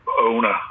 owner